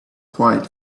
quiet